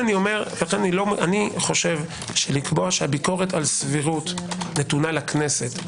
חושב שלקבוע שהביקורת על סבירות נתונה לכנסת,